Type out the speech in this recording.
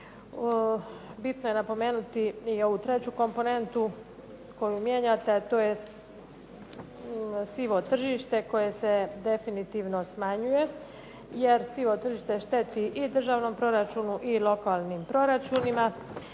Bitno je napomenuti i ovu treću komponentu koju mijenjate, a to je sivo tržište koje se definitivno smanjuje jer sivo tržište šteti i državnom proračunu i lokalnim proračunima